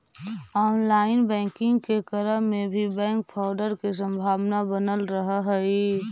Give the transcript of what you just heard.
online banking के क्रम में भी बैंक फ्रॉड के संभावना बनल रहऽ हइ